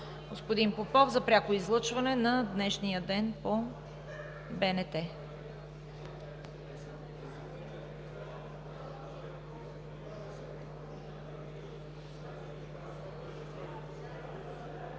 господин Попов, за пряко излъчване на днешния ден по БНТ